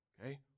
Okay